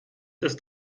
ist